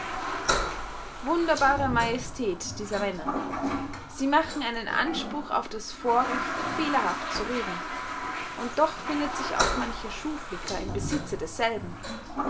wunderbare majestät dieser männer sie machen einen anspruch auf das vorrecht fehlerhaft zu reden und doch findet sich auch mancher schuflicker im besitze desselben